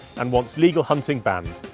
and wants legal hunting banned.